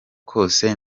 kose